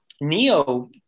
neo